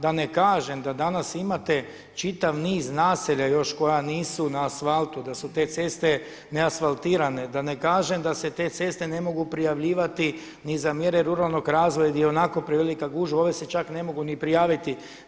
Da ne kažem da danas imate čitav niz naselja još koja nisu na asfaltu, da su te ceste neasfaltirane, da ne kažem da se te ceste ne mogu prijavljivati ni za mjere ruralnog razvoja gdje je i onako previla gužva, ove se čak ne mogu ni prijaviti.